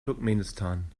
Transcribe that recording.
turkmenistan